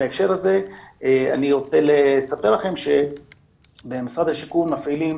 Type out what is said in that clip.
בהקשר הזה אני רוצה לספר לכם שבמשרד השיכון מפעילים